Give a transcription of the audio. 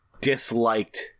disliked